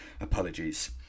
Apologies